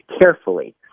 carefully